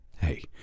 Hey